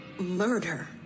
murder